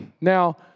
Now